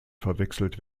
verwechselt